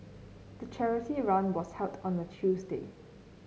the charity run was held on a Tuesday